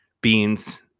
beans